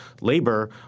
labor